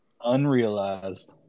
Unrealized